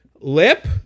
Lip